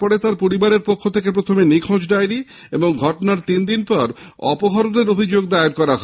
পরে তার পরিবারের পক্ষ থেকে প্রথমে নিখোঁজ ডায়েরি এবং ঘটনার তিনদিন পর অপহরণের অভিযোগ দায়ের করা হয়